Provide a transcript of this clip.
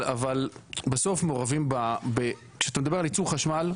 אבל בסוף מעורבים כשאתה מדבר על ייצור חשמל,